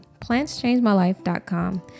plantschangemylife.com